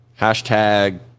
hashtag